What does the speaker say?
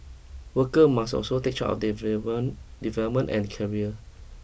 worker must also take charge of their development and career